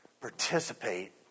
participate